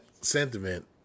sentiment